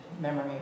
memory